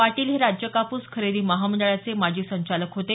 पाटील हे राज्य कापूस खरेदी महामंडळाचे माजी संचालक होते